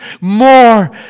more